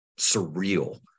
surreal